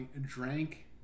drank